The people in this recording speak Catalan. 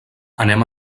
anem